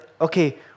okay